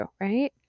right